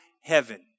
heaven